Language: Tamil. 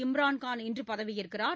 இம்ரான் கான் இன்று பதவியேற்கிறார்